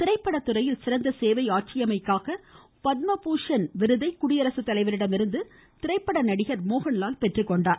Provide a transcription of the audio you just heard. திரைப்படத்துறையில் சிறந்த சேவையாற்றியமைக்காக பத்ம பூஷன் விருதை குடியரசு தலைவரிடமிருந்து திரைப்பட நடிகர் மோகன்லால் பெற்றுக்கொண்டார்